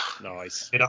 Nice